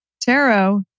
Tarot